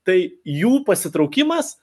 tai jų pasitraukimas